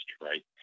Right